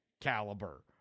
caliber